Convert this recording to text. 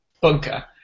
bunker